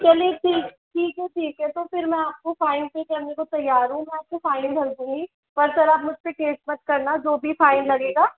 चलिए ठीक है ठीक है तो फिर मैं आपको फाइन भी करने को तैयार हूँ मैं आपको फाइन भर दूँगी पर सर आप मुझपे केस मत करना जो भी फाइन लगेगा